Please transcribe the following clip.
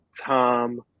tom